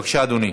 בבקשה, אדוני.